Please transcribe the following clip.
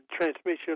transmission